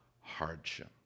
Hardship